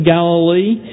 Galilee